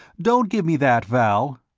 don't give me that, vall!